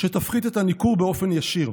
שתפחית את הניכור באופן ישיר.